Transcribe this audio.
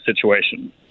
situation